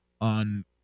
on